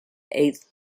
eighth